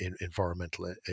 environmental